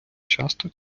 часто